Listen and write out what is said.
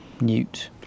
Newt